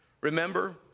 Remember